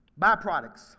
byproducts